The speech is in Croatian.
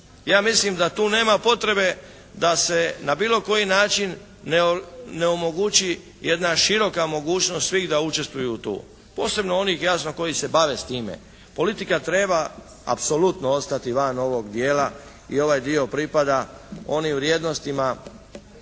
Ja mislim da tu nema potrebe da se na bilo koji način ne omogući jedna široka mogućnost svih da učestvuju tu, posebno onih jasno koji se bave s time. Politika treba apsolutno ostati van ovog dijela i ovaj dio pripada onim vrijednostima